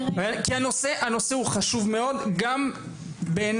כנושא, הנושא הוא חשוב מאוד גם בעיניו.